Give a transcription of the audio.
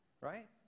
Right